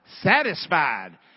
Satisfied